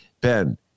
Ben